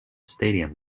stadium